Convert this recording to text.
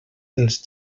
dels